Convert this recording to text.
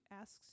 asks